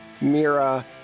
mira